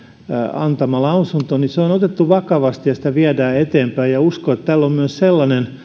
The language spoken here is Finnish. antama lausunto on otettu vakavasti ja sitä viedään eteenpäin uskon että tällä on myös sellainen